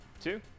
two